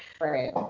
right